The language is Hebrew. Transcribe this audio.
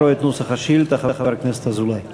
חבר הכנסת אזולאי,